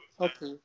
okay